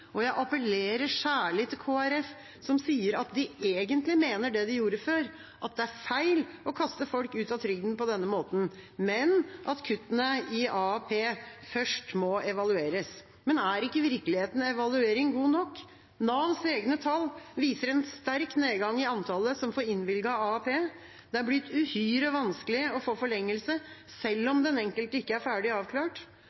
Jeg appellerer særlig til Kristelig Folkeparti, som sier at de egentlig mener det de gjorde før, at det er feil å kaste folk ut av trygden på denne måten, men at kuttene i AAP først må evalueres. Men er ikke virkeligheten evaluering god nok? Navs egne tall viser en sterk nedgang i antallet som får innvilget AAP. Det er blitt uhyre vanskelig å få forlengelse, selv